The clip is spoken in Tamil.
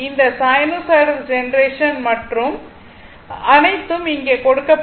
அந்த சைனூசாய்டல் ஜெனரேஷன் மற்றும் அனைத்தும் இங்கே கொடுக்கப்பட்டுள்ளன